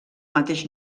mateix